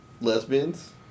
Lesbians